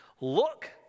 Look